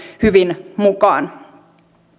hyvin mukaan